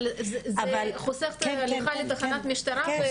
אבל זה חוסך את ההליכה לתחנת משטרה.